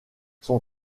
son